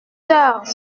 heures